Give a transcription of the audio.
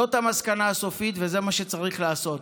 זאת המסקנה הסופית וזה מה שצריך לעשות.